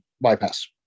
bypass